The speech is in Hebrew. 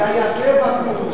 זה היה טבח מרושע,